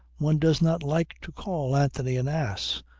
one does not like to call anthony an ass.